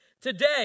Today